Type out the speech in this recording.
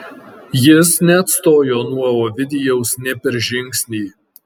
jis neatstojo nuo ovidijaus nė per žingsnį